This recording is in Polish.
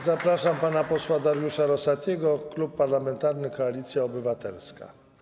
Zapraszam pana posła Dariusza Rosatiego, Klub Parlamentarny Koalicja Obywatelska.